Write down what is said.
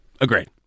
Agreed